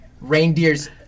Reindeers